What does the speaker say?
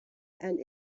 and